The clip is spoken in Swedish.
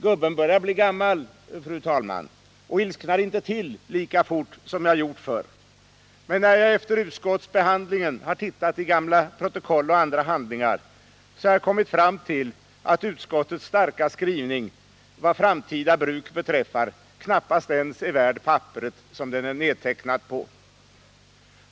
Gubben börjar bli gammal, fru talman, och ilsknar inte till så fort som jag gjort förr, men när jag efter utskottsbehandlingen har tittat i gamla protokoll och andra handlingar har jag kommit fram till att utskottets starka skrivning vad beträffar framtida bruk knappast ens är värd papperet som den nedtecknats på.